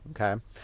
Okay